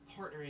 partnering